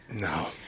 No